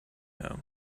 know